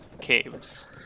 caves